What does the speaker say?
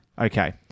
Okay